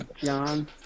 John